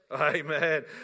Amen